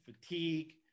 Fatigue